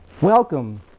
Welcome